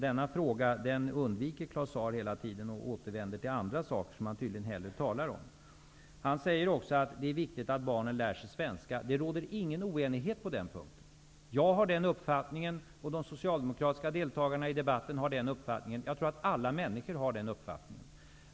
Denna fråga undviker Claus Zaar hela tiden. Han återvänder i stället till andra saker som han tydligen hellre talar om. Han säger att det är viktigt att barnen lär sig svenska. Det råder ingen oenighet på den punkten. Jag har den uppfattningen, och de socialdemokratiska deltagarna i debatten har den uppfattningen. Jag tror att alla människor har den uppfattningen.